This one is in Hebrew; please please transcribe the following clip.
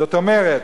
זאת אומרת,